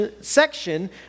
section